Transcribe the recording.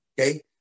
okay